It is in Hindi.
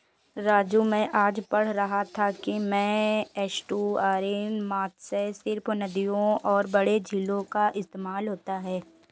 राजू मैं आज पढ़ रहा था कि में एस्टुअरीन मत्स्य सिर्फ नदियों और बड़े झीलों का इस्तेमाल होता है